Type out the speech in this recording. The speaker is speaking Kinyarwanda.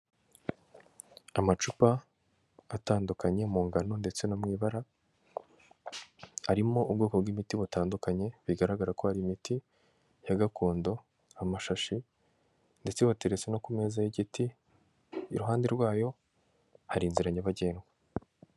Amacupa atandukanye mu ngano ndetse no mw’ibara, arimo ubwoko bw'imiti butandukanye, bigaragara ko hari imiti ya gakondo, amashashi, ndetse biteretse no ku meza y'igiti, iruhande rwayo hari inzira nyabagendwa.